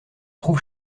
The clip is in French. trouve